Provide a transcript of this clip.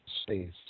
space